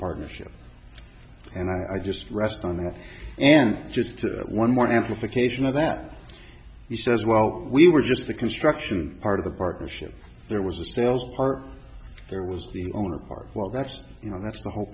partnership and i just rest on that and just one more amplification of that he says well we were just the construction part of the partnership there was a sales part there was the owner part well that's you know that's the whole